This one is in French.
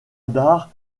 dar